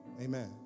Amen